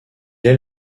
est